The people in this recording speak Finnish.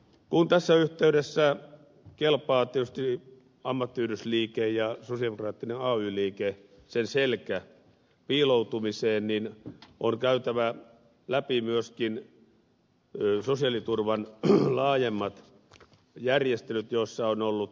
kun tässä yhteydessä kelpaa tietysti ammattiyhdistysliikkeen ja sosialidemokraattinen ay liikkeen selkä piiloutumiseen on käytävä läpi myöskin sosiaaliturvan laajemmat järjestelyt joissa ovat olleet työmarkkinajärjestöt mukana